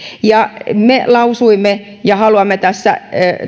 me lausuimme ja haluamme tässä